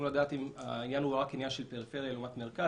לדעת אם העניין הוא רק עניין של פריפריה לעומת מרכז,